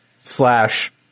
slash